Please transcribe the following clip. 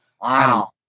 Wow